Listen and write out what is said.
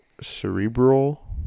cerebral